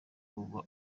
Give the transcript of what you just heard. ubwo